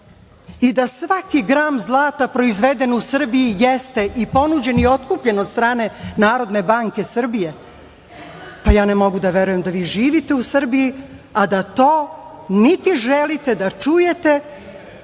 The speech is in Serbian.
i da svaki gram zlata proizveden u Srbiji jeste i ponuđen i otkupljen od strane Narodne banke Srbije, pa ja ne mogu da verujem da vi živite u Srbiji, a da to niti želite da čujete,